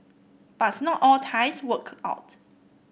but not all ties work out